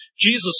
Jesus